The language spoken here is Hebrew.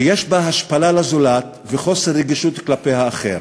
שיש בה השפלה לזולת וחוסר רגישות כלפי האחר.